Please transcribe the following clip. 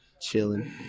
chilling